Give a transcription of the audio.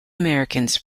americans